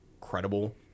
credible